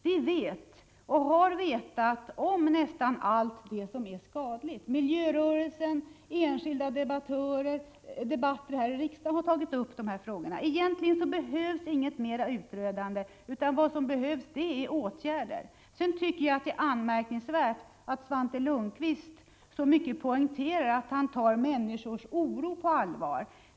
Vi vet om, och har vetat om, nästan allt det som är skadligt. Miljörörelsen och enskilda debattörer här i riksdagen har tagit upp dessa frågor. Egentligen behövs inget mer utredande, utan vad som behövs är åtgärder. Sedan tycker jag att det är anmärkningsvärt att Svante Lundkvist så mycket poängterar att han tar människors oro på allvar.